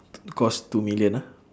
cost two million ah